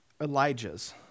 Elijahs